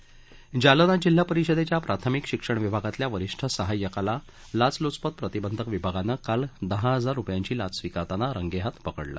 जालना लाचखोर अटकेत जालना जिल्हा परिषदेच्या प्राथमिक शिक्षण विभागातील वरिष्ठ सहाय्यकाला लाचलुचपत प्रतिबंधक विभागानं काल दहा हजार रुपयांची लाच स्वीकारताना रंगेहाथ पकडलं